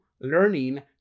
learning